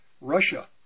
Russia